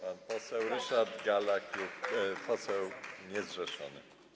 Pan poseł Ryszard Galla, poseł niezrzeszony.